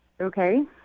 Okay